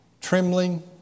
trembling